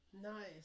Nice